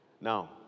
Now